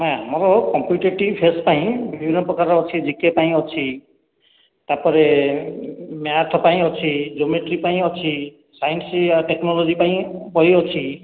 ହଁ ଆମର competitive fresh ପାଇଁ ବିଭିନ୍ନ ପ୍ରକାର ଅଛି ଜି କେ ପାଇଁ ଅଛି ତାପରେ ମ୍ୟାଥ୍ ପାଇଁ ଅଛି ଜୋମେଟ୍ରି ପାଇଁ ଅଛି ସାଇନ୍ସ ଆଉ ଟେକ୍ନୋଲୋଜି ପାଇଁ ବହି ଅଛି